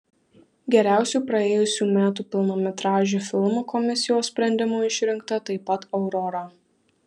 geriausiu praėjusių metų pilnametražiu filmu komisijos sprendimu išrinkta taip pat aurora